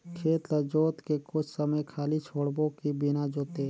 खेत ल जोत के कुछ समय खाली छोड़बो कि बिना जोते?